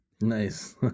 nice